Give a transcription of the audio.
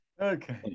okay